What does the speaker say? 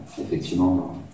effectivement